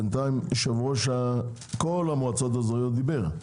בינתיים יושב-ראש כל המועצות האזוריות דיבר.